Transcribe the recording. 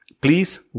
please